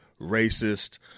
racist